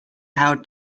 how